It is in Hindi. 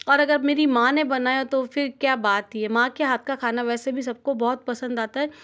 और अगर मेरी माँ ने बनाया तो फिर क्या बात थी माँ के हाथ का खाना वैसे भी सबको बहुत पसंद आता है